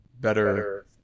better